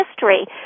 history